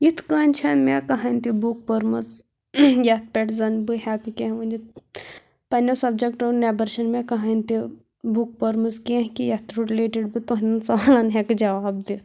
یِتھٕ کَنۍ چھنہٕ مےٚ کٕہٕنۍ تہِ بُک پٔرمٕژ یَتھ پٮ۪ٹھ زَنٛنہٕ بہٕ ہٮ۪کہٕ کیٚنٛہہ ؤنِتھ پَنٛنیٚو سَبجَکٹَو نٮ۪بَر چھنہٕ مےٚ کٕہٕنۍ تہِ بُک پٔرمٕژ کیٚنٛہہ کہ یَتھ رِلیٹِڈ بہٕ تُہنٛدٮ۪ن سوالَن ہٮ۪کہٕ جواب دِتھ